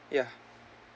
ya